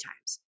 times